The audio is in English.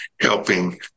helping